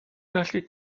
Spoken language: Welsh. gallu